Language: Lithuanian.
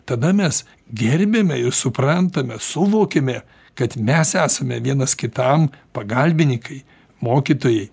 tada mes gerbiame ir suprantame suvokiame kad mes esame vienas kitam pagalbinykai mokytojai